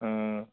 हाँ